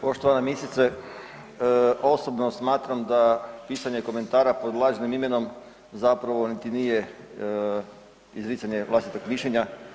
Poštovana ministrice osobno smatram da pisanje komentara pod lažnim imenom zapravo niti nije izricanje vlastitog mišljenja.